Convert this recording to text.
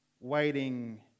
waiting